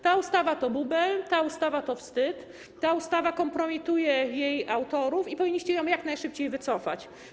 Ta ustawa to bubel, ta ustawa to wstyd, ta ustawa kompromituje jej autorów i powinniście ją jak najszybciej wycofać.